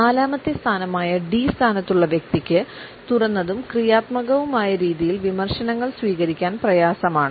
നാലാമത്തെ സ്ഥാനമായ 'ഡി' സ്ഥാനത്തുള്ള വ്യക്തിക്ക് തുറന്നതും ക്രിയാത്മകവുമായ രീതിയിൽ വിമർശനങ്ങൾ സ്വീകരിക്കാൻ പ്രയാസമാണ്